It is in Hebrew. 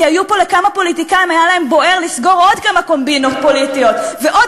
כי היה פה לכמה פוליטיקאים בוער לסגור עוד כמה קומבינות פוליטיות ועוד